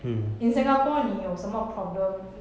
in singapore 你有什么 problem